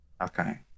Okay